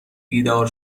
بیدار